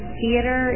theater